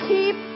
Keep